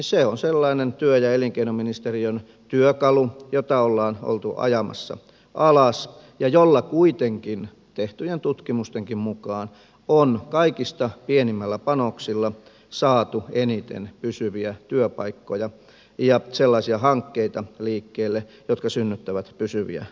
se on sellainen työ ja elinkeinoministeriön työkalu jota ollaan oltu ajamassa alas ja jolla kuitenkin tehtyjen tutkimustenkin mukaan on kaikista pienimmillä panoksilla saatu eniten pysyviä työpaikkoja ja sellaisia hankkeita liikkeelle jotka synnyttävät pysyviä työpaikkoja